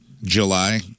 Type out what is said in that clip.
July